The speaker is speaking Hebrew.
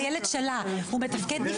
הנה, הילד שלה מתפקד נפלא.